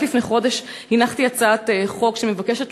רק לפני חודש הנחתי הצעת חוק שמבקשת